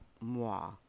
moi